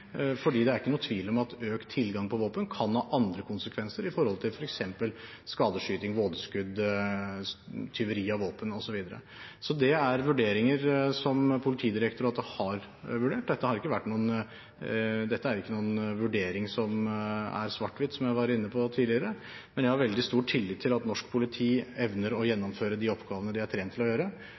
det er ikke noen tvil om at økt tilgang på våpen kan ha andre konsekvenser når det gjelder f.eks. skadeskyting, vådeskudd, tyveri av våpen osv. Det er vurderinger som Politidirektoratet har gjort. Dette er ikke noen vurdering som er svart–hvitt, som jeg var inne på tidligere, men jeg har veldig stor tillit til at norsk politi evner å gjennomføre de oppgavene de er trent til å gjøre.